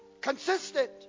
consistent